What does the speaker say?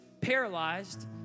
paralyzed